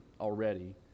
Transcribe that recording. already